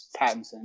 Pattinson